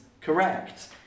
correct